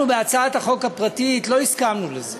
אנחנו, בהצעת החוק הפרטית, לא הסכמנו לזה.